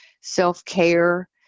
self-care